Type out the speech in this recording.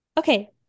Okay